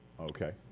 Okay